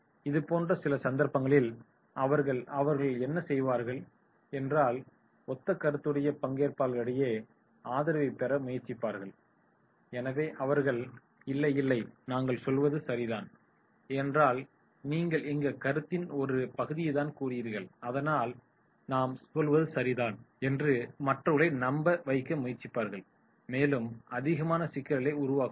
இதுபோன்ற சில சந்தர்ப்பங்களில் அவர்கள் அவர்கள் என்ன செய்வார்கள் என்றால் ஒத்த கருத்துடைய பங்கேற்பாளர்களிடமிருந்து ஆதரவைப் பெற முயற்சிப்பார்கள் எனவே அவர்கள் "இல்லை இல்லை நாங்கள் சொல்வது தான் சரி ஏனென்றால் நீங்கள் எங்கள் கருத்தின் ஒரு பகுதியை தான் கூறுகிறீர்கள் அதனால் நாம் சொல்வது சரிதான்" என்று மற்றவர்களை நம்ப வைக்க முயற்சிப்பார்கள் மேலும் அதிகமான சிக்கல்களை உருவாக்குவார்கள்